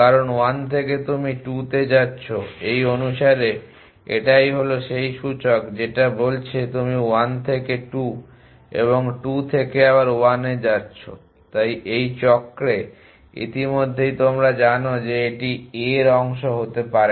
কারণ 1 থেকে তুমি 2 তে যাচ্ছো এই অনুসারে এটাই হলো সেই সূচক যেটা বলছে তুমি 1 থেকে 2 এবং 2 থেকে আবার 1 এ যাচ্ছো তাই এই চক্রে ইতিমধ্যেই তোমরা জানো যে এটি a এর অংশ হতে পারে না